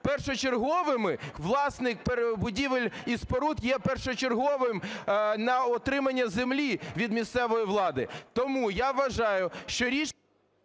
першочерговими, власник будівель і споруд є першочерговим на отримання землі від місцевої влади. Тому, я вважаю, що рішення…